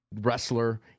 wrestler